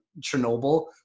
chernobyl